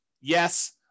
Yes